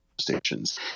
stations